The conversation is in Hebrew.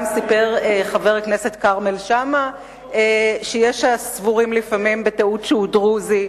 גם חבר הכנסת כרמל שאמה סיפר שלפעמים יש הסבורים בטעות שהוא דרוזי,